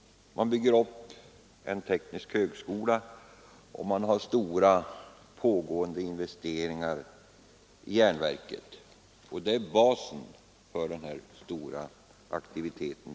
Uppbyggnaden av tekniska högskolan och pågående stora investeringar i järnverket är basen för denna aktivitet.